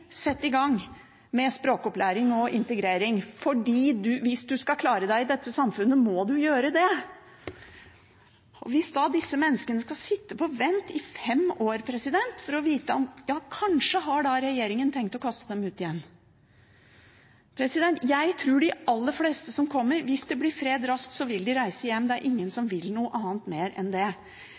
i gang med språkopplæring og integrering, for hvis du skal klare deg i dette samfunnet, må du gjøre det. Hvis disse menneskene skal sitte på vent i fem år for å få vite om regjeringen kanskje har tenkt å kaste dem ut igjen... Jeg tror de aller fleste som kommer, vil reise hjem hvis det blir fred raskt, det er ingen som vil noe mer enn det.